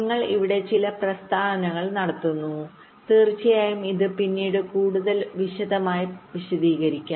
നിങ്ങൾ ഇവിടെ ചില പ്രസ്താവനകൾ നടത്തുന്നു തീർച്ചയായും ഇത് പിന്നീട് കൂടുതൽ വിശദമായി വിശദീകരിക്കും